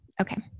okay